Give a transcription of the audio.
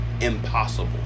impossible